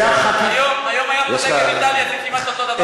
אני היחידי שמדבר פה עכשיו.